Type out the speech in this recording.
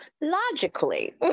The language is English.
logically